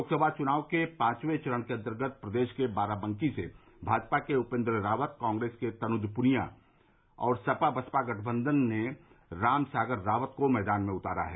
लोकसभा चुनाव के पांचवे चरण के अन्तर्गत प्रदेश के बाराबंकी से भाजपा ने उपेन्द्र रावत कांग्रेस ने तनुज पुनिया और सपा बसपा गठबंधन ने राम सागर रावत को मैदान में उतारा है